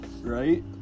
right